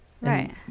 Right